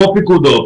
לא פיקוד העורף.